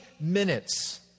minutes